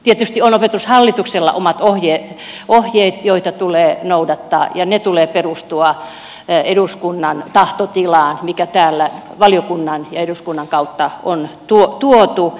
tietysti on opetushallituksella omat ohjeet joita tulee noudattaa ja niiden tulee perustua eduskunnan tahtotilaan mikä täällä valiokunnan ja eduskunnan kautta on tuotu